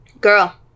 girl